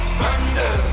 thunder